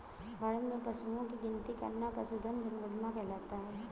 भारत में पशुओं की गिनती करना पशुधन जनगणना कहलाता है